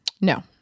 No